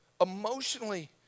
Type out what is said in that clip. emotionally